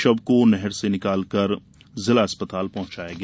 शव को नहर मे से निकालकर जिला अस्पताल पहुंचाया गया